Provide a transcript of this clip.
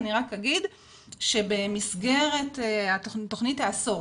אני רק אגיד שבמסגרת תכנית העשור,